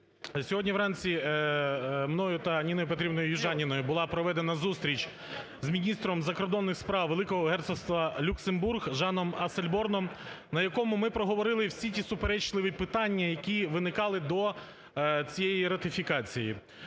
Сьогодні вранці мною та Ніною Петрівною Южаніною була проведена зустріч з міністром закордонних справ Великого Герцогства Люксембург Жаном Ассельборном, на якій ми проговорили всі ті суперечливі питання, які виникали до цієї ратифікації.